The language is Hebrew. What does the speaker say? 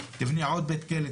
תבנה עוד כלא,